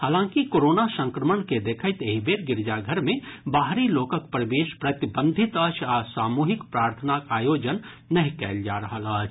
हालांकि कोरोना संक्रमण के देखैत एहि बेर गिरिजाघर मे बाहरी लोकक प्रवेश प्रतिबंधित अछि आ सामुहिक प्रार्थनाक आयोजन नहि कयल जा रहल अछि